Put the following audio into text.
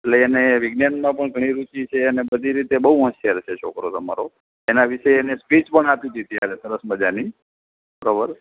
અટલે એને વિજ્ઞાનમાં પણ ઘણી રૂચિ છે અને બધી રીતે બહુ હોશિયાર છે છોકરો તમારો એના વિશે એણે સ્પીચ પણ આપી હતી ત્યારે સરસ મજાની બરાબર